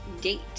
date